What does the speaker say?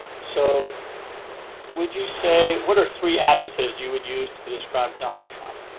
so would you say what are three adjectives you would use to to describe donald trump?